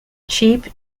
cheap